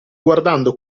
guardando